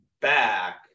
back